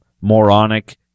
moronic